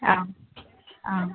ആ ആ